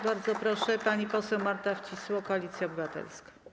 Bardzo proszę, pani poseł Marta Wcisło, Koalicja Obywatelska.